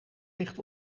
licht